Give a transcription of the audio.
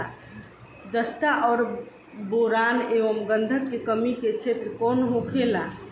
जस्ता और बोरान एंव गंधक के कमी के क्षेत्र कौन होखेला?